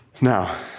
Now